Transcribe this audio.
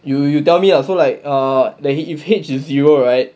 you you tell me lah so like err then if H is zero right